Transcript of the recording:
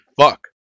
fuck